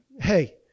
hey